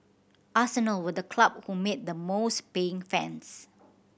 arsenal were the club who made the most paying fans